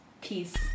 Peace